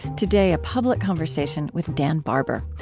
today, a public conversation with dan barber.